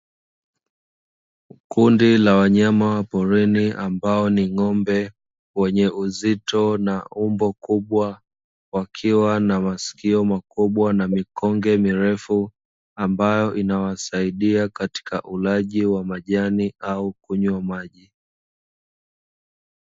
Kundi la wanyama wa porini ambao ni ng'ombe wenye uzito na umbo kubwa wakiwa na masikio makubwa na mikonge mirefu ambayo inawasaidia katika ulaji wa majani au kunywa maji.